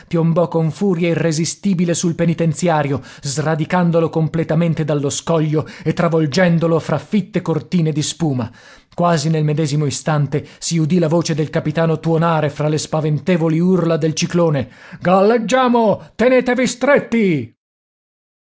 piombò con furia irresistibile sul penitenziario sradicandolo completamente dallo scoglio e travolgendolo fra fitte cortine di spuma quasi nel medesimo istante si udì la voce del capitano tuonare fra le spaventevoli urla del ciclone galleggiamo tenetevi stretti